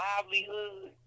livelihood